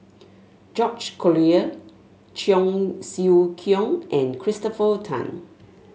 George Collyer Cheong Siew Keong and Christopher Tan